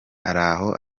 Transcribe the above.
araho